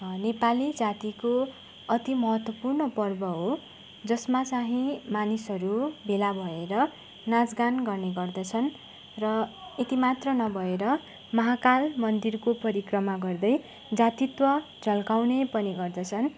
नेपाली जातिको अति महत्त्वपूर्ण पर्व हो जसमा चाहिँ मानिसहरू भेला भएर नाँच गान गर्ने गर्दछन् र यति मात्र नभएर महाकाल मन्दिरको परिक्रमा गर्दै जातित्व झल्काउने पनि गर्दछन्